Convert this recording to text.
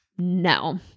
No